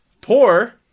Poor